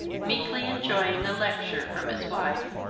meekly enjoying a lecture from his wife.